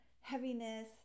heaviness